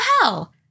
hell